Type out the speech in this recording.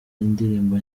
indirimbo